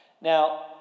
Now